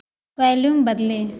volume बदलें